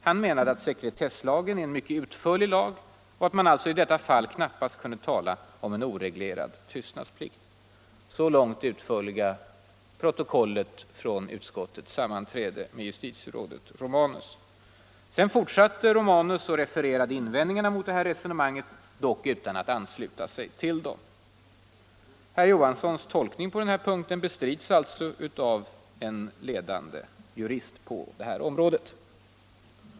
Han menade att sekretesslagen är en mycket utförlig lag och att man alltså i detta fall knappast kunde tala om en oreglerad tystnadsplikt.” Sedan fortsatte herr Romanus och refererade invändningarna mot detta resonemang, dock utan att ansluta sig till dem. Herr Johanssons i Trollhättan tolkning på denna punkt bestrids alltså av en ledande jurist på det här området.